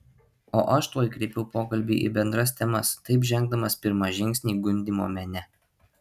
o aš tuoj kreipiau pokalbį į bendras temas taip žengdamas pirmą žingsnį gundymo mene